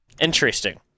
Interesting